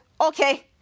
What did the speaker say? Okay